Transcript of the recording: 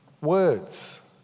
Words